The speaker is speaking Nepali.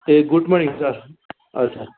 ए गुड मर्निङ सर हवस् सर